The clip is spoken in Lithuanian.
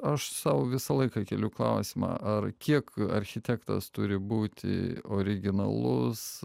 aš sau visą laiką keliu klausimą ar kiek architektas turi būti originalus